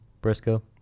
Briscoe